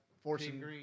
Forcing